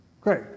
Great